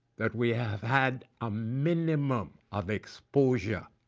that we have had a minimum of exposure